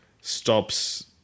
stops